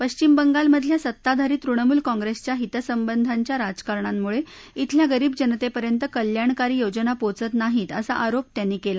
पश्चिम बंगालमधल्या सत्ताधारी तृणमुल काँप्रेसच्या हितसंबंधांच्या राजकारणांमुळे डेल्या गरीब जनतेपर्यंत कल्याणकारी योजना पोचत नाहीत असा आरोप त्यांनी केला